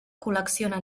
col·lecciona